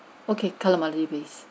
okay calamari base